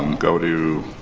and go to.